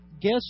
guess